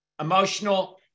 emotional